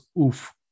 oof